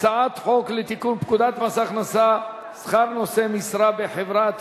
להצעת חוק לתיקון פקודת מס הכנסה (שכר נושא משרה בחברה),